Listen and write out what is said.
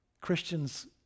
Christians